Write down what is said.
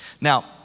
Now